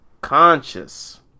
conscious